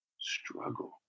Struggle